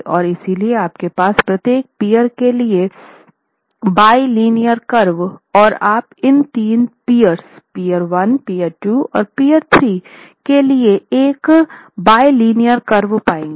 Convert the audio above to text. और इसलिए आपके पास प्रत्येक पियर के लिए बाय लीनियर कर्व और आप इन तीन पीअर्स पियर्स 1 पियर 2 पियर 3 के लिए एक बाय लीनियर कर्व पाएंगे